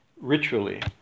ritually